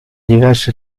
diverse